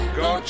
go